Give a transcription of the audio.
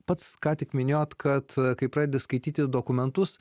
pats ką tik minėjot kad kai pradedi skaityti dokumentus